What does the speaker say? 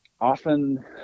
often